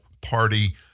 party